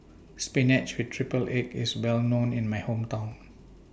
Spinach with Triple Egg IS Well known in My Hometown